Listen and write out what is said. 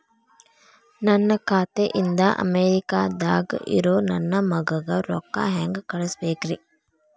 ನನ್ನ ಖಾತೆ ಇಂದ ಅಮೇರಿಕಾದಾಗ್ ಇರೋ ನನ್ನ ಮಗಗ ರೊಕ್ಕ ಹೆಂಗ್ ಕಳಸಬೇಕ್ರಿ?